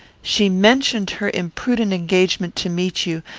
she mentioned her imprudent engagement to meet you,